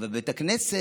אבל בבית הכנסת